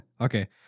Okay